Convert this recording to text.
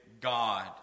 God